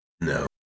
No